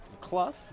Clough